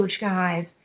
guys